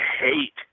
hate